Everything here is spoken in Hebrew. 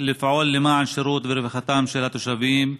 לפעול למען השירות ורווחתם של התושבים.